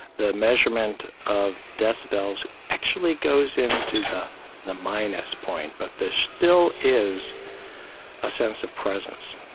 the measurement of decibels actually goes into the the minus point, but there still is a sense of presence,